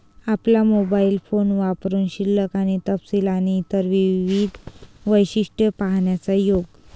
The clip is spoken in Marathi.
आपला मोबाइल फोन वापरुन शिल्लक आणि तपशील आणि इतर विविध वैशिष्ट्ये पाहण्याचा योग